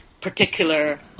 particular